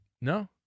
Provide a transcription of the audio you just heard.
No